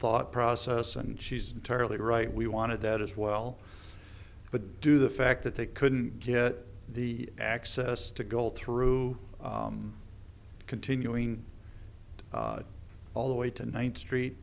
thought process and she's entirely right we wanted that as well but do the fact that they couldn't get the access to go through continuing all the way to ninth street